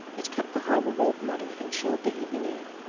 it kept the harbor road muddy, and chilled the evening air.